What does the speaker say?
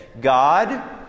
God